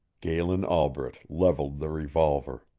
galen albret levelled the revolver.